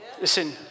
Listen